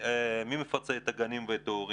מי מצפה את הגנים וההורים.